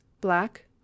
Black